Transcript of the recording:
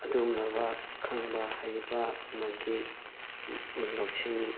ꯑꯗꯨꯒꯨꯝꯂꯕ ꯈꯪꯕ ꯍꯩꯕ ꯑꯃꯗꯤ ꯂꯧꯁꯤꯡ